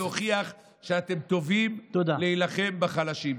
הצלחתם להוכיח שאתם טובים בלהילחם בחלשים.